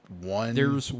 One